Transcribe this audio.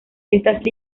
estas